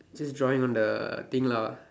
just drawing on the thing lah